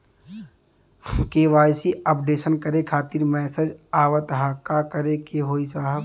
KYC updation करें खातिर message आवत ह का करे के होई साहब?